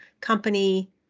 company –